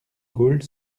gaulle